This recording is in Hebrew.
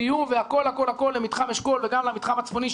ביוב והכול למתחם אשכול וגם למתחם הצפוני,